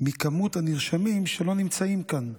ממספר הנרשמים שלא נמצאים כאן.